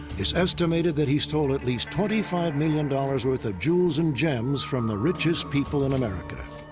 it's estimated that he stole at least twenty five million dollars worth of jewels and gems from the richest people in america.